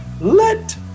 Let